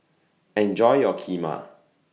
Enjoy your Kheema